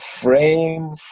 frame